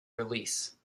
release